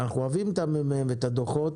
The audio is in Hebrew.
אנחנו אוהבים את הממ"מ והדו"חות,